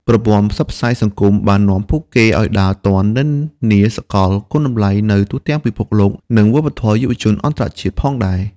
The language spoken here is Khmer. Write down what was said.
ប្រព័ន្ធផ្សព្វផ្សាយសង្គមបាននាំពួកគេឱ្យដើរទាន់និន្នាសកល គុណតម្លៃនៅទូទាំងពិភពលោក និងវប្បធម៌យុវជនអន្តរជាតិផងដែរ។